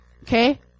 Okay